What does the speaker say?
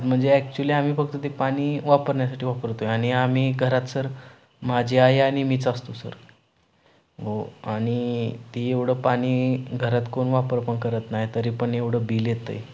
म्हणजे ॲक्च्युली आम्ही फक्त ती पाणी वापरण्यासाठी वापरतो आहे आणि आम्ही घरात सर माझी आई आणि मीच असतो सर हो आणि ती एवढं पाणी घरात कोण वापर पण करत नाही तरी पण एवढं बिल येतं आहे